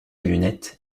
lunette